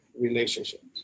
Relationships